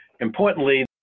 Importantly